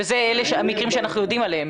ואלה המקרים שאנחנו יודעים עליהם.